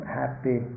happy